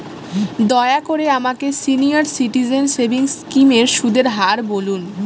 দয়া করে আমাকে সিনিয়র সিটিজেন সেভিংস স্কিমের সুদের হার বলুন